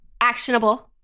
actionable